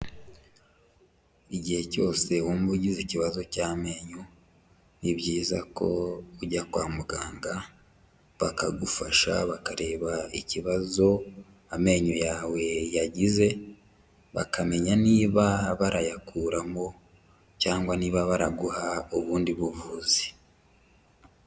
Igihe cyose wumva ugize ikibazo cy'amenyo, ni byiza ko ujya kwa muganga bakagufasha, bakareba ikibazo amenyo yawe yagize, bakamenya niba barayakuramo cyangwa niba baraguha ubundi buvuzi.